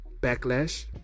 backlash